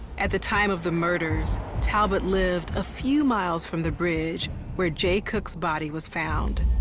at the time of the murders, talbott lived a few miles from the bridge where jay cook's body was found.